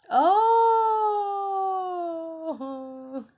oh [ho]